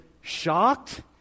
shocked